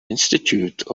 institute